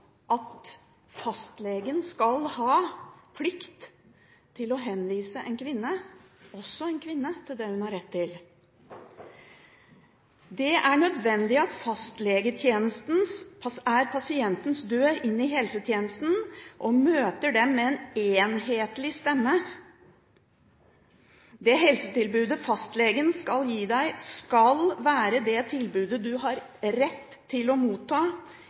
at fastlegen skal ha plikt til å henvise en kvinne – også en kvinne – til det hun har rett til. «Det er nødvendig at fastlegetjenesten, pasientenes dør inn i helsetjenesten, møter dem med en enhetlig stemme. Det helsetilbudet fastlegen gir deg skal være det tilbudet du har rett til å motta,